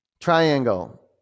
Triangle